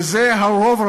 וזה הרוב,